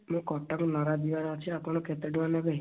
ଟିକିଏ କଟକ ନରାଜ ଯିବାର ଅଛି ଆପଣ କେତେ ଟଙ୍କା ନେବେ